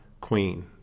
queen